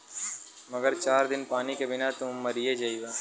मगर चार दिन पानी के बिना त तू मरिए जइबा